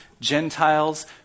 Gentiles